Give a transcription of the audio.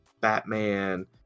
batman